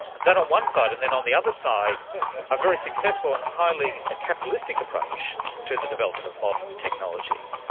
that on one side. and then on the other side a very successful and highly capitalistic approach to the development of modern technology.